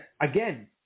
again